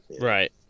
right